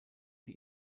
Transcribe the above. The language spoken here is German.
die